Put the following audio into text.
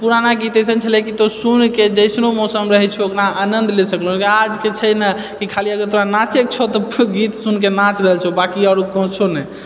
पुराना गीत अइसन छलेै हँ कि तोंँ सुनके जइसनो मौसम रहैत छेै ओकरा आनन्द लए सकलहुंँ लेकिन आजके छै ने कि खाली अगर तोरा नाचैके छौ तऽ गीत सुनिके नाँच रहल छौ बाँकि आओर किछु नहि